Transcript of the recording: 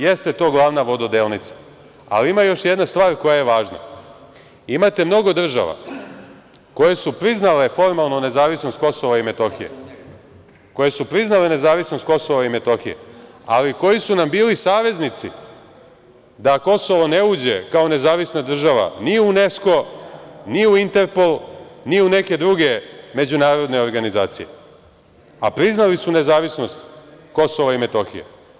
Jeste to glavna vododelnica, ali ima još jedna stvar koja je važna, imate mnogo država koje su priznale formalno nezavisnost Kosova i Metohije, ali koje su nam bili saveznici da Kosovo ne uđe, kao nezavisna država, ni u Unesko, ni u Interpol, ni u neke druge međunarodne organizacije, a priznali su nezavisnost Kosova i Metohije.